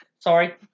Sorry